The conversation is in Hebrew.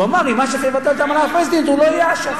הוא אמר: אם אש"ף יבטל את האמנה הפלסטינית הוא לא יהיה אש"ף.